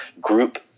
group